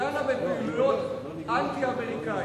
שדנה בפעילויות אנטי-אמריקניות.